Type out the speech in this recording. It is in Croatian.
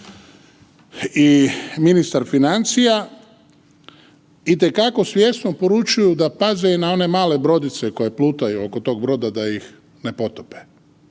i ministar financija itekako svjesno poručuju da paze i na one male brodice koje plutaju oko tog broda da ih ne potope